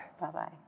Bye-bye